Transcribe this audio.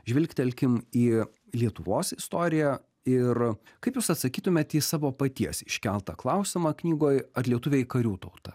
žvilgtelkim į lietuvos istoriją ir kaip jūs atsakytumėt į savo paties iškeltą klausimą knygoj ar lietuviai karių tauta